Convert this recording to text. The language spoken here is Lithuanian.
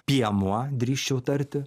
piemuo drįsčiau tarti